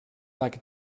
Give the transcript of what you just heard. like